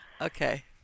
Okay